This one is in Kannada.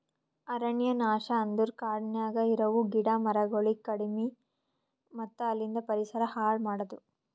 ಅರಣ್ಯ ನಾಶ ಅಂದುರ್ ಕಾಡನ್ಯಾಗ ಇರವು ಗಿಡ ಮರಗೊಳಿಗ್ ಕಡಿದು ಮತ್ತ ಅಲಿಂದ್ ಪರಿಸರ ಹಾಳ್ ಮಾಡದು